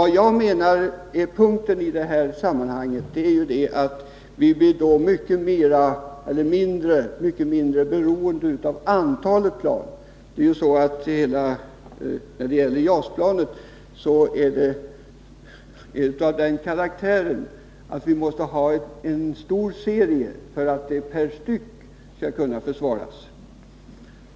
Det väsentliga i sammanhanget, menar jag, är att vi därigenom skulle bli mycket mindre beroende av antalet plan. JAS-projektet är av den karaktären att vi måste ha en stor serie för att priset per styck skall kunna försvaras.